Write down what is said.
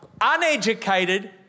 Uneducated